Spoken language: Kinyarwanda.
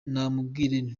namubwira